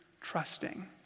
trusting